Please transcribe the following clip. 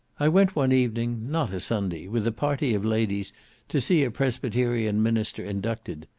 i went one evening, not a sunday, with a party of ladies to see a presbyterian minister inducted.